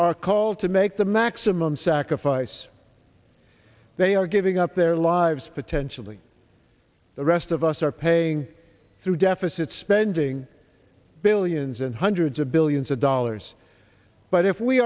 are called to make the maximum sacrifice they are giving up their lives potentially the rest of us are paying through deficit spending billions and hundreds of billions of dollars but if we